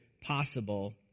possible